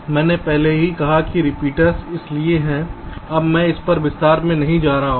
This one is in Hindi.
मैंने पहले ही कहा है कि रिपीटर्स इसलिए मैं अब इस पर विस्तार नहीं कर रहा हूं